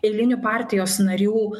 eilinių partijos narių